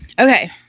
Okay